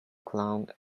clown